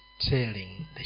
telling